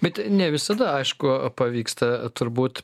bet ne visada aišku pavyksta turbūt